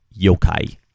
yokai